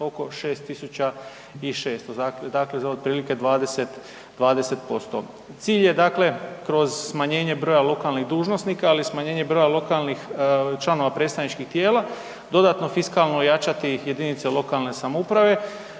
oko 6600, dakle za otprilike 20%. Cilj je dakle kroz smanjenje broja lokalnih dužnosnika ali i smanjenje broja lokalnih članova predstavničkih tijela, dodatno fiskalno ojačati jedinice lokalne samouprave.